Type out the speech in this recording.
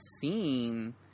seen